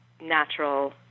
natural